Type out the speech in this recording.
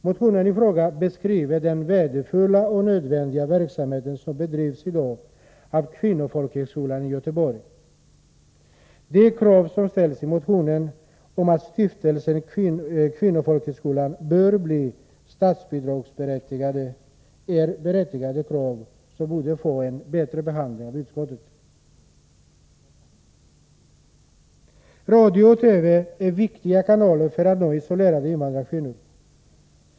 Motionen i fråga beskriver den värdefulla och nödvändiga verksamhet som bedrivs i dag av Kvinnofolkhögskolan i Göteborg. De krav som ställs i motionen — att Stiftelsen Kvinnofolkhögskolan bör bli statsbidragsberättigad — är rimliga och borde ha fått en bättre behandling av utskottet. Radio och TV är viktiga kanaler för att nå isolerade invandrarkvinnor.